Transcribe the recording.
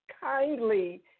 kindly